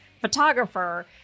photographer